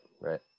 Right